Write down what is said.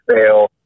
fail